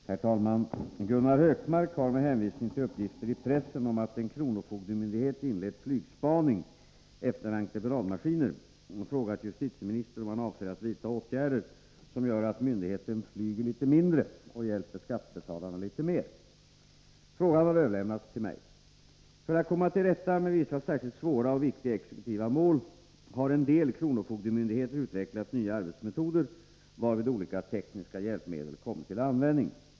Herr talman! Gunnar Hökmark har med hänvisning till uppgifter i pressen om att en kronofogdemyndighet inlett flygspaning efter entreprenadmaskiner frågat justitieministern om han avser att vidta åtgärder som gör att myndigheten flyger litet mindre och hjälper skattebetalarna litet mer. Frågan har överlämnats till mig. För att komma till rätta med vissa särskilt svåra och viktiga exekutiva mål har en del kronofogdemyndigheter utvecklat nya arbetsmetoder, varvid olika tekniska hjälpmedel kommit till användning.